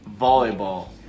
volleyball